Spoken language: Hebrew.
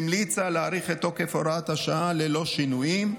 המליצה להאריך את תוקף הוראת השעה ללא שינויים.